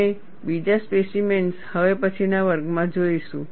આપણે બીજા સ્પેસિમેન્સ હવે પછીના વર્ગમાં જોઈશું